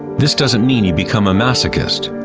this doesn't mean you become a masochist,